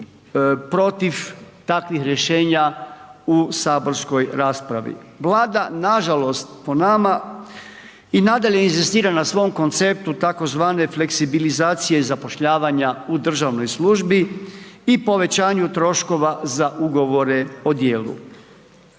protiv takvih rješenja u saborskoj raspravi. Vlada nažalost, po nama, i nadalje inzistira na svom konceptu tzv. fleksibilizacije zapošljavanja u državnoj službi i povećanju troškova za ugovore o djelu.